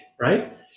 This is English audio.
right